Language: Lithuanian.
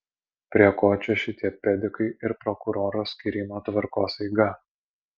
prie ko čia šitie pedikai ir prokuroro skyrimo tvarkos eiga